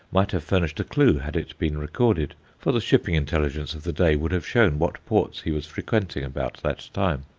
might have furnished a clue had it been recorded, for the shipping intelligence of the day would have shown what ports he was frequenting about that time.